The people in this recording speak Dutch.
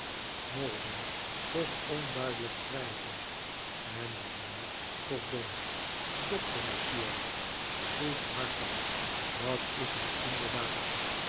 maldon toch onduidelijk schrijven en wat ben ik toch dom doctor natuurlijk goedhartig dat is hij inderdaad